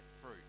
fruit